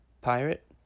pirate